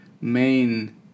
main